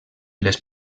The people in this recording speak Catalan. les